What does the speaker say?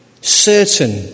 certain